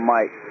Mike